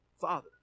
father